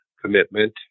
commitment